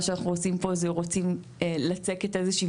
מה שאנחנו עושים פה זה רוצים לצקת איזה שהיא